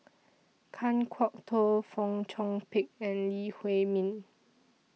Kan Kwok Toh Fong Chong Pik and Lee Huei Min